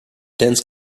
dense